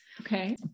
Okay